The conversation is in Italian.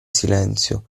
silenzio